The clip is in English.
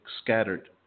scattered